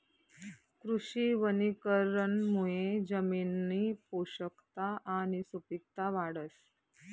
कृषी वनीकरणमुये जमिननी पोषकता आणि सुपिकता वाढस